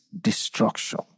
destruction